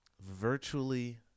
Virtually